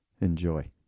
Enjoy